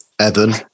Evan